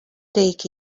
take